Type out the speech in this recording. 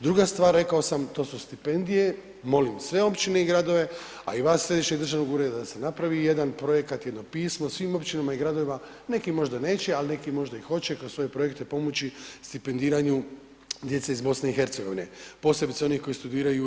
Druga stvar rekao sam, to su stipendije, molim sve općine i gradove a i vas iz središnjeg državnog ureda da se napravi jedan projekat, jedno pismo svim općinama i gradovima, neki možda neće a neki možda i hoće kroz svoje projekte pomoći stipendiranju djece iz BiH-a posebice oni koji studiraju u RH.